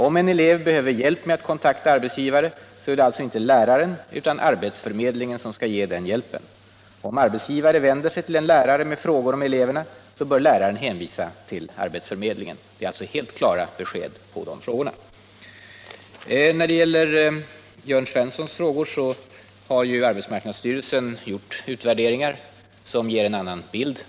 Om en elev behöver hjälp med att kontakta arbetsgivare så är det alltså inte läraren utan arbetsförmedlingen som skall ge dem hjälpen. Om en arbetsgivare vänder sig till en lärare med frågor om eleverna så bör läraren hänvisa till arbetsförmedlingen. Det är helt klara besked på de frågorna. När det gäller Jörn Svenssons frågor har arbetsmarknadsstyrelsen gjort en utvärdering som ger en annan bild.